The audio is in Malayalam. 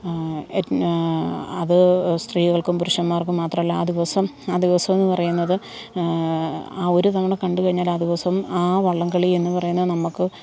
എ അതു സ്ത്രീകൾക്കും പുരുഷന്മാർക്കും മാത്രമല്ല ആ ദിവസം ആ ദിവസമെന്നു പറയുന്നത് ആ ഒരു തവണ കണ്ടു കഴിഞ്ഞാൽ ആ ദിവസം ആ വള്ളംകളി എന്ന് പറയുന്നത് നമ്മള്ക്ക്